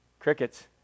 Crickets